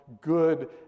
good